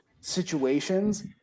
situations